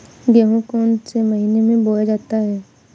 गेहूँ कौन से महीने में बोया जाता है?